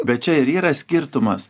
bet čia ir yra skirtumas